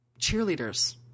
cheerleaders